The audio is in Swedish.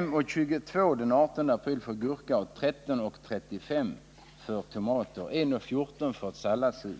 man 5:22 kr. på gurka, 13:35 kr. på tomater och 1:14 kr. för ett salladshuvud.